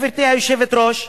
גברתי היושבת-ראש,